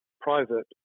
private